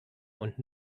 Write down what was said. und